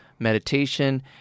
Meditation